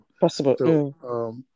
Possible